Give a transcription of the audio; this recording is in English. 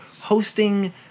hosting